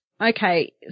okay